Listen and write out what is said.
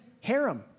harem